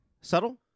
subtle